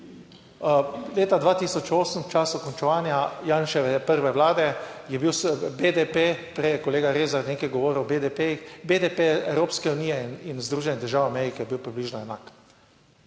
Leta 2008 v času končevanja Janševe prve vlade je bil BDP, prej je kolega Rezar nekaj govoril o BDP, BDP Evropske unije in Združenih držav Amerike je bil približno enak,